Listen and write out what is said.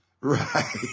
Right